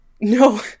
No